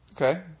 Okay